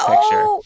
picture